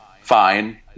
fine